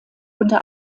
unter